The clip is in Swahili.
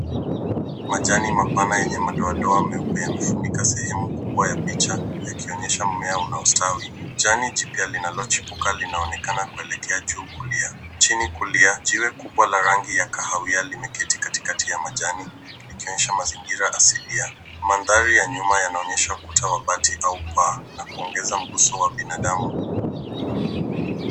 Majani mapana yenye madoadoa meupa yamefunika sehemu kubwa ya picha yakionyesha mumeo unaustawi. Jani jipyia linalochipuka linaonekana kuelekea juu kulia. Chini kulia jiwe kubwa la rangi ya kahawia limeketi katikati ya majani likionyesha mazingira asilia. Mandhari ya nyuma yanaonyesha ukuta wa bati au paa na kuongeza mguso wa binadamu.